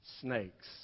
snakes